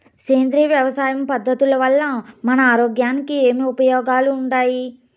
సేంద్రియ వ్యవసాయం పద్ధతుల వల్ల మన ఆరోగ్యానికి ఏమి ఉపయోగాలు వుండాయి?